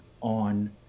on